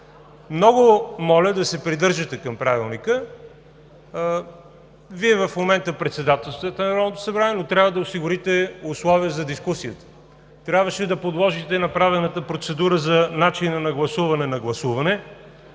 Много моля да се придържате към Правилника! Вие в момента председателствате Народното събрание, но трябва да осигурите условия за дискусията. Трябваше да подложите направената процедура за начина на гласуване на гласуване,